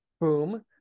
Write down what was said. boom